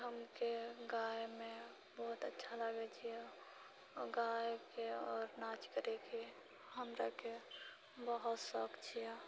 हमके गायनमे बहुत अच्छा लागैत छिऐ आओर गाइके आओर नाँच करएके हमराके बहुत शौक छिऐ